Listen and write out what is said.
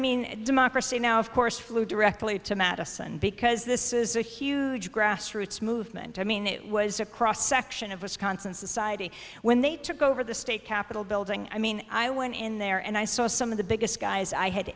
mean democracy now of course flew directly to madison because this is a huge grassroots movement i mean it was a cross section of wisconsin society when they took over the state capitol building i mean i went in there and i saw some of the biggest guys i had